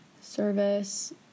service